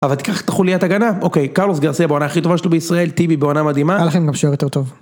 אבל תיקח את החוליית הגנה. אוקיי, קארלוס גרסיה, בעונה הכי טובה שלו בישראל. טיבי, בעונה מדהימה. היה לכם גם שוער יותר טוב.